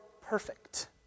perfect